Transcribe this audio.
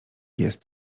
jest